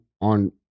on